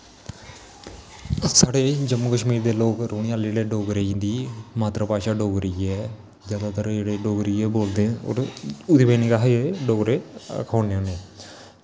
साढ़े जम्मू कश्मीर दे लोग रौह्ने आह्ले डोगरे जिं'दी मात्तर भाशा डोगरी ऐ जैदातर जेह्ड़े डोगरी गै बोलदे होर ओह्दी बजह कन्नै अस डोगरे खोआने होन्ने